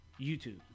YouTube